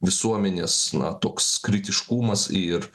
visuomenės na toks kritiškumas ir